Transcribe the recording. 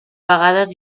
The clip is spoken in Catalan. vegades